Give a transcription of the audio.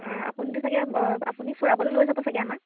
আপুনিটো চাগে আপুনি ফুৰাবলে লৈ যাব চাগে আমাক